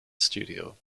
studio